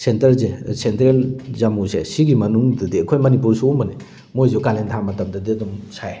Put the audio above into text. ꯁꯦꯟꯇꯔꯁꯦ central ꯖꯃꯨꯁꯦ ꯁꯤꯒꯤ ꯃꯅꯨꯡꯗꯗꯤ ꯑꯩꯈꯣꯏ ꯃꯅꯤꯄꯨꯔ ꯁꯤꯒꯨꯝꯕꯅꯤ ꯃꯣꯏꯁꯨ ꯀꯥꯂꯦꯟꯊꯥ ꯃꯇꯝꯗꯗꯤ ꯑꯗꯨꯝ ꯁꯥꯏ